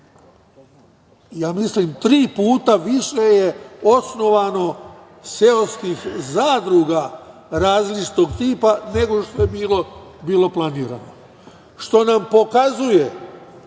ja mislim, tri puta više je osnovano seoskih zadruga različitog tipa nego što je bilo planirano, što nam pokazuje